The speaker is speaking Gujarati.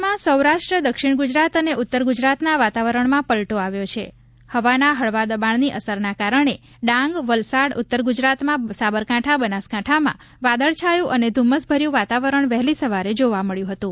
રાજ્યમાં સૌરાષ્ટ્ર દક્ષિણ ગુજરાત અને ઉત્તર ગુજરાતના વાતાવરણમાં પલટો આવ્યો છે હવાના હળવા દબાણની અસરના કારણે ડાંગ વલસાડ ઉત્તર ગુજરાતમાં સાબરકાંઠા બનાસકાંઠામાં વાદળછાયું અને ધુમ્મસભર્યું વાતાવરણ વહેલી સવારે જોવા મળ્યું હતું